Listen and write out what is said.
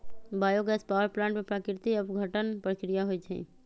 bio gas power plant में प्राकृतिक अपघटन प्रक्रिया होइ छइ